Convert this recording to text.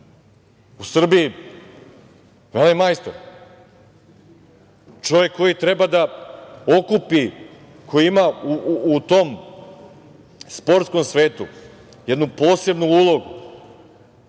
U Srbiji velemajstor. Čovek koji treba da okupi, koji ima u tom sportskom svetu jednu posebnu ulogu,